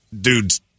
dude's